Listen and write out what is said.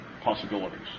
possibilities